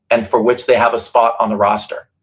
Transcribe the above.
and for which they have a spot on the roster,